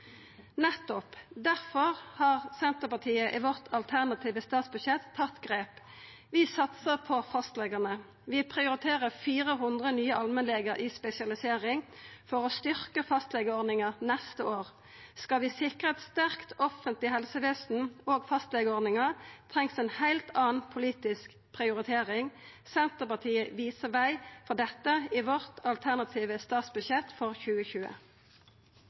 Nettopp. Difor har Senterpartiet i sitt alternative statsbudsjett tatt grep. Vi satsar på fastlegane. Vi prioriterer 400 nye allmennlegar i spesialisering for å styrkja fastlegeordninga neste år. Skal vi sikra eit sterkt offentleg helsevesen, og fastlegeordninga, trengst ei heilt anna politisk prioritering. Senterpartiet viser veg for dette i sitt alternative statsbudsjett for 2020.